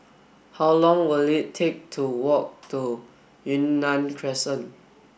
how long will it take to walk to Yunnan Crescent